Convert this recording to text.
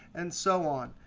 and so on.